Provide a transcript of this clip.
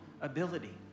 ability